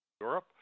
Europe